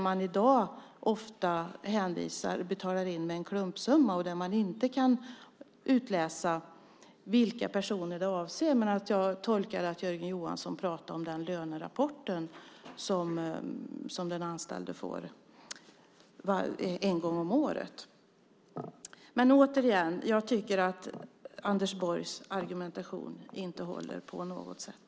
I dag betalas ofta en klumpsumma in där det inte går att utläsa vilka personer som avses. Jag tolkar att Jörgen Johansson pratar om den lönerapport som den anställde får en gång om året. Jag tycker att Anders Borgs argumentation inte håller på något sätt.